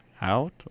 out